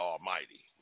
Almighty